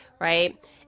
right